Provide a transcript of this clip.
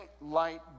light